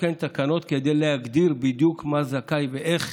לתקן תקנות כדי להגדיר בדיוק מי זכאי ואיך